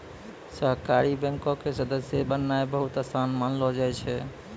सहकारी बैंको के सदस्य बननाय बहुते असान मानलो जाय छै